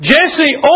Jesse